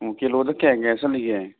ꯑꯣ ꯀꯤꯂꯣꯗ ꯀꯌꯥ ꯀꯌꯥ ꯆꯠꯂꯤꯒꯦ